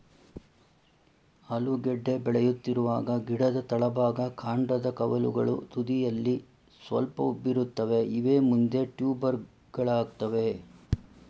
ಆಲೂಗೆಡ್ಡೆ ಬೆಳೆಯುತ್ತಿರುವಾಗ ಗಿಡದ ತಳಭಾಗ ಕಾಂಡದ ಕವಲುಗಳು ತುದಿಯಲ್ಲಿ ಸ್ವಲ್ಪ ಉಬ್ಬಿರುತ್ತವೆ ಇವೇ ಮುಂದೆ ಟ್ಯೂಬರುಗಳಾಗ್ತವೆ